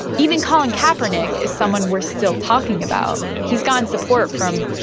even colin kaepernick is someone we're still talking about. he's gotten support from,